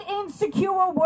insecure